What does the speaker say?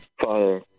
Father